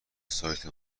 سایت